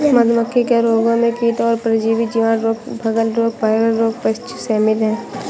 मधुमक्खी के रोगों में कीट और परजीवी, जीवाणु रोग, फंगल रोग, वायरल रोग, पेचिश शामिल है